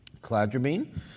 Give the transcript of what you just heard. cladribine